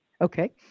Okay